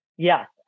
Yes